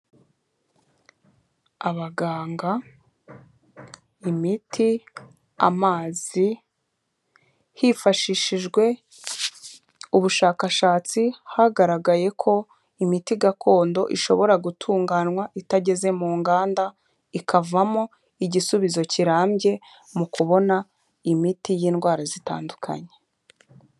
Abaganga, imiti, amazi, hifashishijwe ubushakashatsi hagaragaye ko imiti gakondo ishobora gutunganywa itageze mu nganda, ikavamo igisubizo kirambye mu kubona imiti y'indwara zitandukanye.